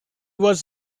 was